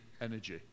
energy